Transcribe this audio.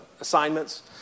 assignments